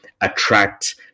attract